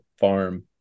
farm